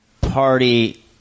Party